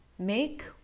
Make